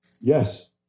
yes